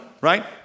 right